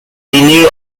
renew